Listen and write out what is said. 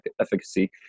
efficacy